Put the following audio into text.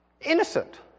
innocent